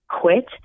quit